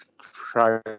try